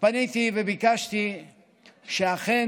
פניתי וביקשתי שאכן,